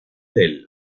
del